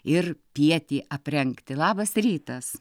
ir pietį aprengti labas rytas